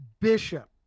bishop